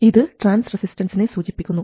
ഇത് ട്രാൻസ് റെസിസ്റ്റൻസിനെ സൂചിപ്പിക്കുന്നു